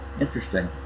interesting